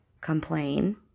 complain